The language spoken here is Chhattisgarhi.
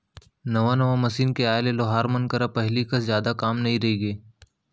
नवा नवा मसीन के आए ले लोहार मन करा पहिली कस जादा काम नइ रइगे